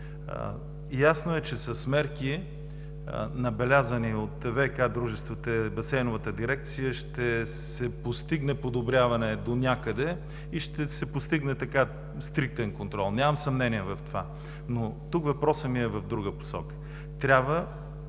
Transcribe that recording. Ясно е, че с мерки, набелязани от ВиК дружествата и Басейновата дирекция, ще се постигне подобряване донякъде и ще се постигне стриктен контрол. Нямам съмнение в това. Но тук въпросът ми е в друга посока